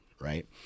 right